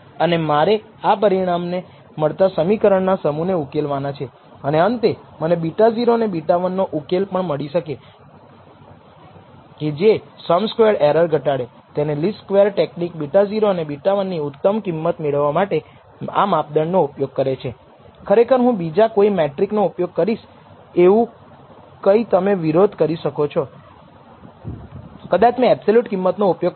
તેથી આપણે તે શું કરી રહ્યા છીએ કારણ કે મેં કહ્યું છે કે SS ટોટલ કેટલું સારું છે તે એક માપદંડ છે જે ઘટાડેલા મોડેલ છે જે અહીં ઘટાડો થાય છે તે કોન્સ્ટન્ટ મોડેલ સૂચવે છે જ્યારે SSE રજૂ કરે છે કે રેખીય મોડેલ કેટલું સારું છે જો આપણે આ સ્લોપ પરિમાણોને શામેલ કરીએ